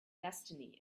destiny